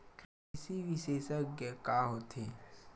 कृषि विशेषज्ञ का होथे?